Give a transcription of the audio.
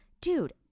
dude